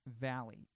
Valley